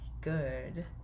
good